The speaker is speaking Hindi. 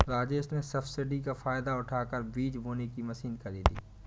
राजेश ने सब्सिडी का फायदा उठाकर बीज बोने की मशीन खरीदी